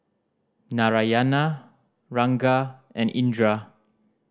Narayana Ranga and Indira